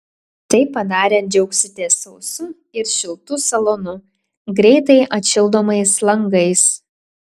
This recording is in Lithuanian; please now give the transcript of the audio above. tai padarę džiaugsitės sausu ir šiltu salonu greitai atšildomais langais